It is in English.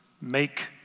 make